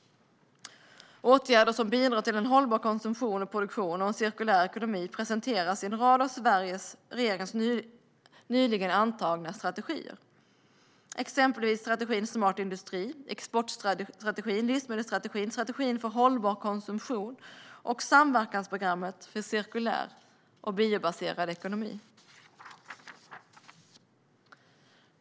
Åtgärder som bidrar till hållbar konsumtion och produktion och en cirkulär ekonomi presenteras i en rad av den svenska regeringens nyligen antagna strategier, till exempel strategin Smart industri, exportstrategin, livsmedelsstrategin, strategin för hållbar konsumtion och Samverkansprogrammet Cirkulär och biobaserad ekonomi.